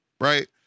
right